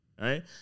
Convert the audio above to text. right